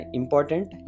important